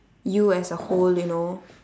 you as a whole you know